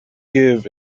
give